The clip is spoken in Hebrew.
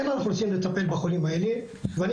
כן אנחנו רוצים לטפל בחולים האלה וגם